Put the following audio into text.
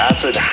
Acid